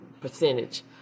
percentage